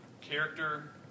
Character